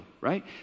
right